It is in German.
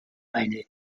eine